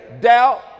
doubt